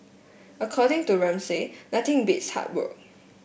according to Ramsay nothing beats hard work